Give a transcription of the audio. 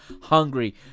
hungry